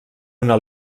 una